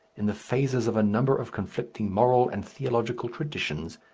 in the phases of a number of conflicting moral and theological traditions,